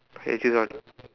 okay you choose one